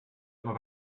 immer